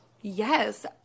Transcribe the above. Yes